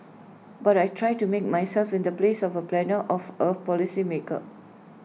but I try to make myself in the place of A planner of A policy maker